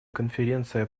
конференция